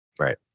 Right